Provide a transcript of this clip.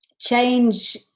change